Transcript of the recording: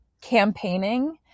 campaigning